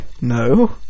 no